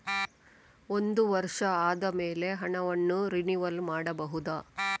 ಒಂದು ವರ್ಷ ಆದಮೇಲೆ ಹಣವನ್ನು ರಿನಿವಲ್ ಮಾಡಬಹುದ?